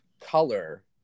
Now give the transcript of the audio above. color